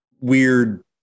weird